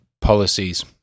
policies